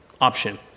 option